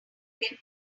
get